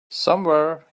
somewhere